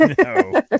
No